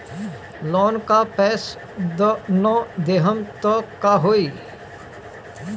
Loan का पैस न देहम त का होई?